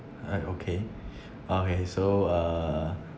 I okay okay so uh